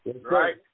right